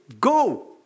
go